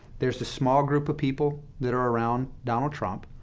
there is the small group of people that are around donald trump.